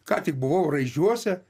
ką tik buvau raižiuose